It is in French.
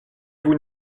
vous